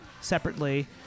separately